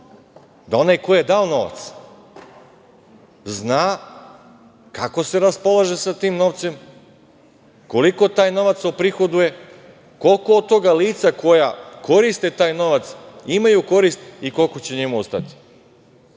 da onaj ko je dao novac zna kako se raspolaže sa tim novcem, koliko taj novac oprihoduje, koliko od toga, lica koja koriste taj novac, imaju korist i koliko će njemu ostati. Tako